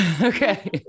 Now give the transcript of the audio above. Okay